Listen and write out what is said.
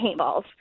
paintballs